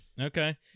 Okay